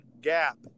gap